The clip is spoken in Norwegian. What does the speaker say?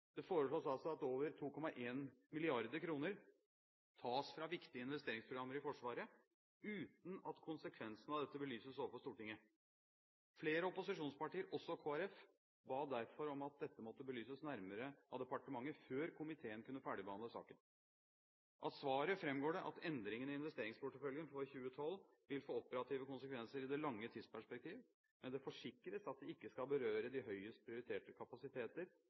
Det foreslås altså at over 2,1 mrd. kr tas fra viktige investeringsprogrammer i Forsvaret, uten at konsekvensene av dette belyses overfor Stortinget. Flere opposisjonspartier – også Kristelig Folkeparti – ba derfor om at dette måtte belyses nærmere av departementet før komiteen kunne ferdigbehandle saken. Av svaret fremgår det at endringen i investeringsporteføljen for 2012 vil få operative konsekvenser i et lengre tidsperspektiv, men det forsikres om at det ikke skal berøre de høyest prioriterte kapasiteter,